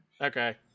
Okay